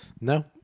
No